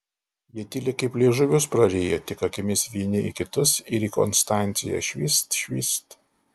jie tyli kaip liežuvius prariję tik akimis vieni į kitus ir į konstanciją švyst švyst